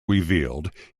revealed